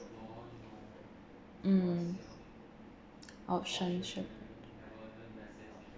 mm option should